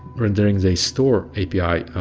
rendering the store api